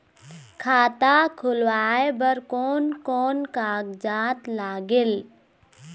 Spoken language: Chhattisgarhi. खाता खुलवाय बर कोन कोन कागजात लागेल?